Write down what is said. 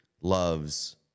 loves